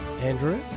Andrew